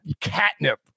catnip